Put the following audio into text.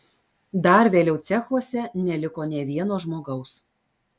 dar vėliau cechuose neliko nė vieno žmogaus